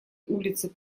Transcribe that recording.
улице